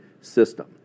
System